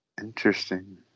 Interesting